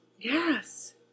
Yes